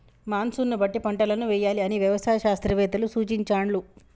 monsoon బట్టి పంటలను వేయాలి అని వ్యవసాయ శాస్త్రవేత్తలు సూచించాండ్లు